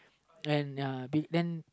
and ya be then